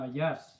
yes